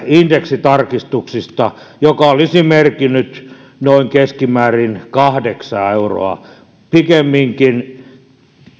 indeksitarkistuksista joka olisi merkinnyt keskimäärin noin kahdeksaa euroa pikemminkin